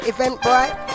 Eventbrite